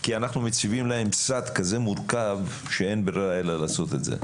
כי אנחנו מציבים להם סד כזה מורכז שאין ברירה אלא לעשות את זה.